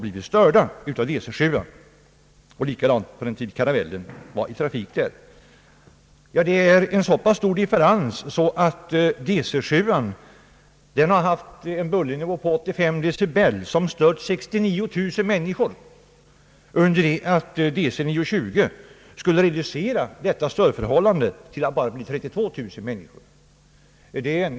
Likadant var det på den tid Caravellen var i trafik där. Det är en så stor differens att DC 7:an har haft en bullernivå på 85 decibel, som har stört 69 000 människor, medan DC 9-20 skulle reducera denna störning till att bara beröra 32 000 människor.